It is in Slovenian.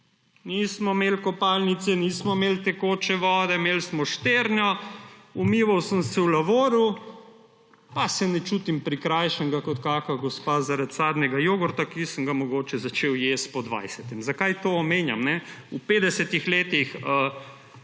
Nismo imeli kopalnice, nismo imeli tekoče vode, imeli smo šterno, umival sem se v lavorju, pa se ne čutim prikrajšanega kot kakšna gospa zaradi sadnega jogurta, ki sem ga mogoče začel jesti po dvajsetem. Zakaj to omenjam? V 50 letih